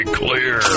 clear